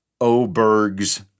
Oberg's